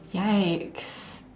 yikes